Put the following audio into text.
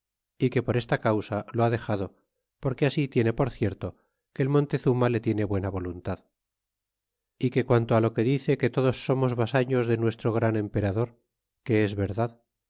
e que por esta causa lo ha dexado porque así tiene por cierto que el montezuma le tiene buena voluntad e que quanto lo que dice que todos son os vasallos de nuestro gran emperador que es verdad